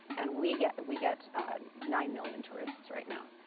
and we get we get nine million tourists right now.